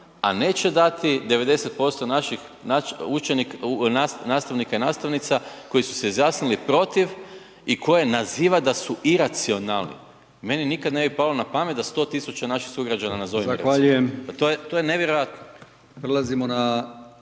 a neće dati 90% naših učenika, nastavnika i nastavnica koji su se izjasnili protiv i koje naziva da su iracionalni. Meni nikad ne bi palo na pamet da 100 tisuća naših sugrađana nazovem iracionalnima.